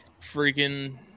Freaking